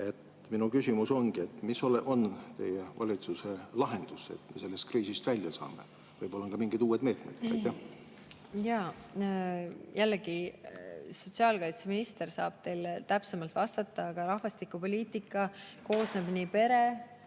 Minu küsimus ongi, mis on teie valitsuse lahendus, et me sellest kriisist välja saaksime. Võib-olla on siin ka mingid uued meetmed. Jällegi, sotsiaalkaitseminister saab teile täpsemalt vastata, aga rahvastikupoliitika koosneb pere‑,